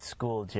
School